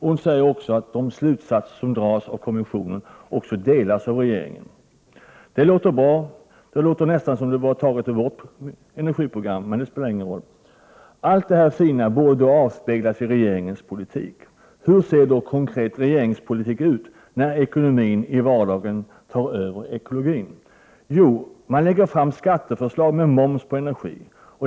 Hon säger också att de slutsatser som dras av kommissionens rapport delas av regeringen. Det låter bra, det låter nästan som det vore taget ur vårt energiprogram, men det spelar ju ingen roll. Allt detta fina borde då avspeglas i regeringens politik. Hur ser då konkret regeringspolitik ut, när ekonomin i vardagen tar över ekologin? Jo, man lägger fram skatteförslag om moms på energi.